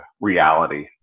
reality